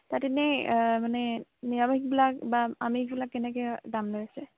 তাত এনেই মানে নিৰামিষবিলাক বা আমিষবিলাক কেনেকৈ দাম লৈছে